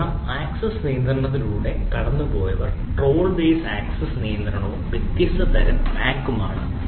കാരണം ആക്സസ്സ് നിയന്ത്രണത്തിലൂടെ കടന്നുപോയവർ ട്രോൾ ബേസ് ആക്സസ്സ് നിയന്ത്രണവും വ്യത്യസ്ത തരം MAC ഉം ആണ്